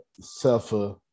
suffer